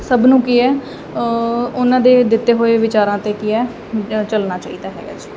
ਸਭ ਨੂੰ ਕੀ ਹੈ ਉਹਨਾਂ ਦੇ ਦਿੱਤੇ ਹੋਏ ਵਿਚਾਰਾਂ 'ਤੇ ਕੀ ਹੈ ਚੱਲਣਾ ਚਾਹੀਦਾ ਹੈਗਾ ਜੀ